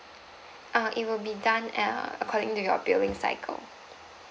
uh it will be done err according to your billing cycle